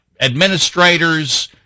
administrators